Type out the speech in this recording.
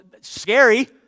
scary